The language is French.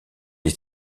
est